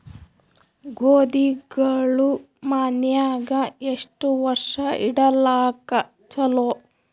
ಗೋಧಿಗಳು ಮನ್ಯಾಗ ಎಷ್ಟು ವರ್ಷ ಇಡಲಾಕ ಚಲೋ?